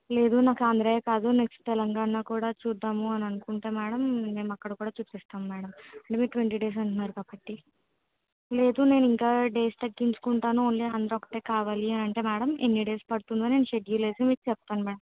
లేదు నాకు ఆంధ్రాయే కాదు నెక్స్ట్ తెలంగాణా కూడా చూద్దాము అని అనుకుంటే మేడం మేము అక్కడ కూడా చూపిస్తాం మేడం మేబి ట్వంటీ డేస్ అంట్నారు కాబట్టి లేదు నేను ఇంకా డేస్ తగ్గించుకుంటాను ఓన్లీ ఆంధ్రా ఒక్కటే కావాలి అంటే మేడం ఎన్ని డేస్ పడుతుందో నేను షెడ్యుల్ వెసి మీకు చెప్తాను మేడం